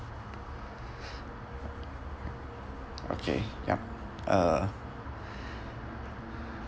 okay yup uh